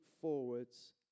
forwards